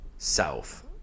South